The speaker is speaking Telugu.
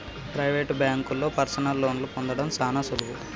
ప్రైవేట్ బాంకుల్లో పర్సనల్ లోన్లు పొందడం సాన సులువు